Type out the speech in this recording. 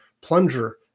plunger